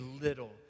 little